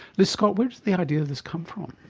liz scott, where did the idea of this come from?